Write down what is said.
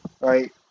Right